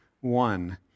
one